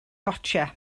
gotiau